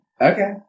Okay